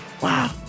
Wow